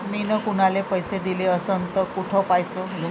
मिन कुनाले पैसे दिले असन तर कुठ पाहाचं?